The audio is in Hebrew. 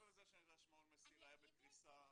מעבר לזה שאני יודע שמעון 'מסילה' היה בקריסה מוחלטת.